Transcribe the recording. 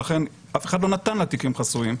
ולכן אף אחד לא נתן לה תיקים חסויים,